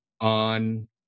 on